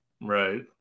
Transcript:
Right